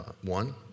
one